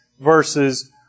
versus